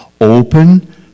Open